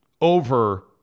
over